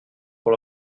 pour